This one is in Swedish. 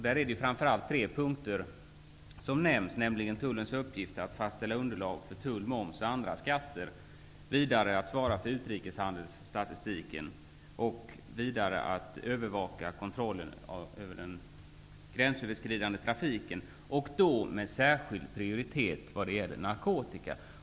Det är framför allt tre punkter som nämns, nämligen Tullens uppgift att fastställa underlag för tull, moms och andra skatter, vidare att svara för utrikeshandelsstatistiken och att övervaka kontrollen över den gränsöverskridande trafiken, med särskild prioritet när det gäller narkotika.